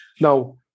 Now